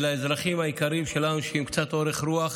והאזרחים היקרים שלנו, שעם קצת אורך רוח,